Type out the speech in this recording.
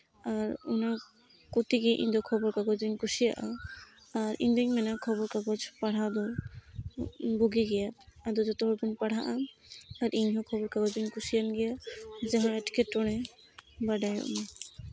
ᱟᱨ ᱚᱱᱟ ᱠᱚᱛᱮᱜᱮ ᱤᱧᱫᱚ ᱠᱷᱚᱵᱚᱨ ᱠᱟᱜᱚᱡᱽ ᱫᱚᱧ ᱠᱩᱥᱤᱭᱟᱜᱼᱟ ᱟᱨ ᱤᱧᱫᱩᱧ ᱢᱮᱱᱟ ᱠᱷᱚᱵᱚᱨ ᱠᱟᱜᱚᱡᱽ ᱯᱟᱲᱦᱟᱣ ᱫᱚ ᱵᱩᱜᱤ ᱜᱮᱭᱟ ᱟᱫᱚ ᱡᱚᱛᱚ ᱦᱚᱲ ᱵᱚᱱ ᱯᱟᱲᱦᱟᱜᱼᱟ ᱟᱨ ᱤᱧᱦᱚᱸ ᱠᱷᱚᱵᱚᱨ ᱠᱟᱜᱚᱡᱽ ᱫᱚᱧ ᱠᱩᱥᱤᱭᱟᱜ ᱜᱮᱭᱟ ᱡᱟᱦᱟᱸ ᱮᱸᱴᱠᱮᱴᱚᱬᱮ ᱵᱟᱰᱟᱭᱚᱜ ᱢᱟ